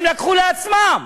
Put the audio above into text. הם לקחו לעצמם.